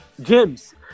James